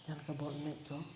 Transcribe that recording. ᱡᱟᱦᱟᱸ ᱞᱮᱠᱟ ᱵᱚᱞ ᱮᱱᱮᱡ ᱠᱚ